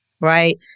Right